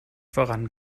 voran